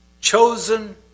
chosen